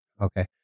okay